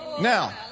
now